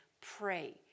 pray